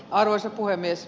arvoisa puhemies